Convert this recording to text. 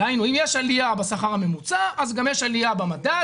דהיינו אם יש עלייה בשכר הממוצע אז גם יש עלייה במדד,